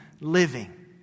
living